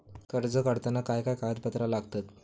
कर्ज काढताना काय काय कागदपत्रा लागतत?